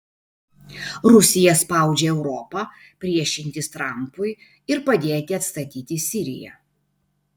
rusija spaudžia europą priešintis trampui ir padėti atstatyti siriją